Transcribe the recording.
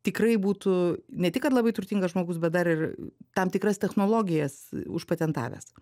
tikrai būtų ne tik kad labai turtingas žmogus bet dar ir tam tikras technologijas užpatentavęs